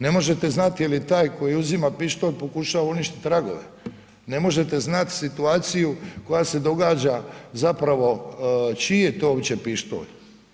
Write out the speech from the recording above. Ne možete znat jel' je taj koji uzima pištolj pokušava uništit tragove, ne možete znat situaciju koja se događa zapravo čiji je to uopće pištolj.